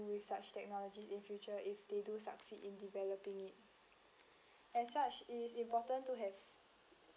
with such technology in future if they do succeed in developing it as such it is important to have